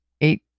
eight